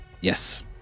Yes